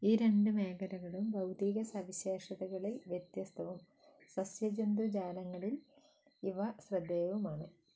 ഈ രണ്ട് മേഖലകളും ഭൗതിക സവിശേഷതകളിൽ വ്യത്യസ്തവും സസ്യജന്തുജാലങ്ങളിൽ ഇവ ശ്രദ്ധേയവുമാണ്